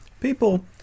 people